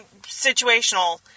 situational